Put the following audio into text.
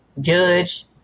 judge